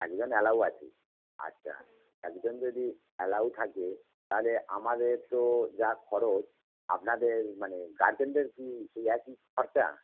একজন অ্যালাউ আছে আচ্ছা একজন যদি অ্যালাউ থাকে তাহলে আমাদের তো যা খরচ আপনাদের মানে গার্জেনদের কি সেই একই খরচা